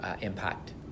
impact